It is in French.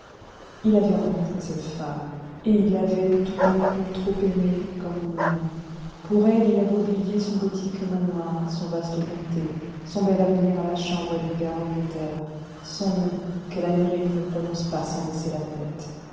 il avait rencontré cette femme et il l'avait tout d'un coup trop aimée comme on aime pour elle il avait oublié son gothique manoir son vaste comté son bel avenir à la chambre des pairs d'angleterre son nom que l'amérique ne prononce pas sans baisser la tête